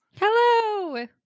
Hello